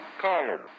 Column